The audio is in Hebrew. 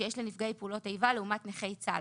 שיש לנפגעי פעולות איבה לעומת נכי צה"ל,